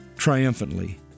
triumphantly